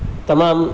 તમામ